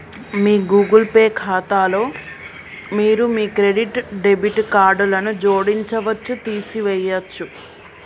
మీ Google Pay ఖాతాలో మీరు మీ క్రెడిట్, డెబిట్ కార్డులను జోడించవచ్చు, తీసివేయచ్చు